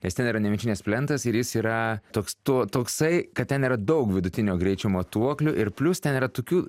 nes ten yra nemenčinės plentas ir jis yra toks tu toksai kad ten yra daug vidutinio greičio matuoklių ir plius ten yra tokių